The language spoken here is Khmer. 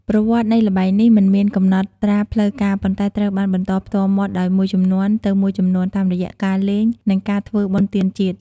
ប្រវត្តិនៃល្បែងនេះមិនមានកំណត់ត្រាផ្លូវការប៉ុន្តែត្រូវបានបន្តផ្ទាល់មាត់ដោយមួយជំនាន់ទៅមួយជំនាន់ តាមរយៈការលេង និងការធ្វើបុណ្យទានជាតិ។